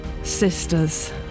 Sisters